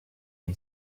and